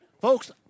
folks